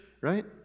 right